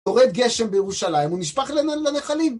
יורד גשם בירושלים, הוא נשפך לנחלים.